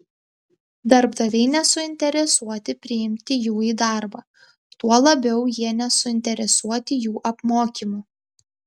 darbdaviai nesuinteresuoti priimti jų į darbą tuo labiau jie nesuinteresuoti jų apmokymu